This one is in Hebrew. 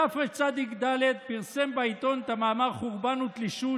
בתרצ"ד פרסם בעיתון את המאמר "חורבן ותלישות",